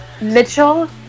Mitchell